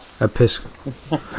Episcopal